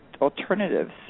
alternatives